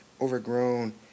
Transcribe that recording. overgrown